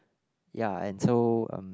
ya and so um